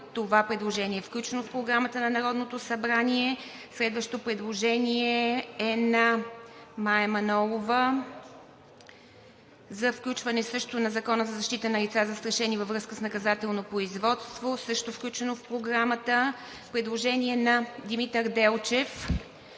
Това предложение е включено в Програмата на Народното събрание. Следващото предложение е на Мая Манолова за включване също на Закона за защита на лица, застрашени във връзка с наказателно производство. Включено е в Програмата. Предложение на Димитър Делчев